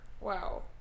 wow